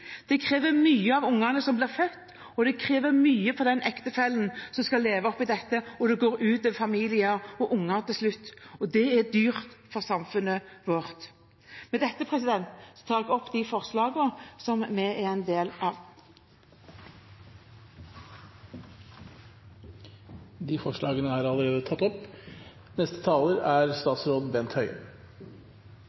Det krever mye av kvinnene som blir syke, det krever mye av ungene som blir født, og det krever mye av den ektefellen som skal leve oppe i dette. Det går ut over familier og unger til slutt, og det er dyrt for samfunnet vårt. Norsk fødselsomsorg har høy kvalitet og gode resultater. Vi er